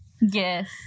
Yes